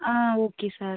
ah okay sir